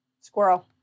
Squirrel